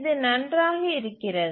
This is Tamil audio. இது நன்றாக இருக்கிறது